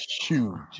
huge